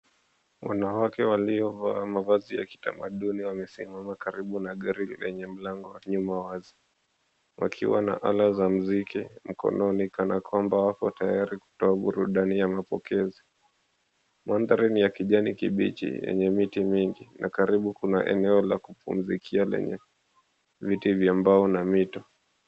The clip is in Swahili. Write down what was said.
Wanawake waliovaa mavazi ya kitamaduni wamesimama karibu na gari lenye mlango wa nyuma wazi, wakiwa na ala za muziki mkononi, kana kwamba wako tayari kutoa burudani ya mapokezi. Mandhari ni ya kijani kibichi yenye miti mingi na karibu kuna eneo la kupumzikia lenye viti vya mbao na mito.